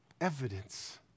Evidence